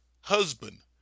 husband